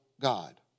God